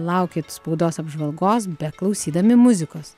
laukit spaudos apžvalgos beklausydami muzikos